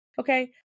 Okay